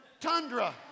tundra